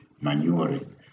manuring